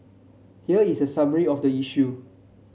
here is a summary of the issue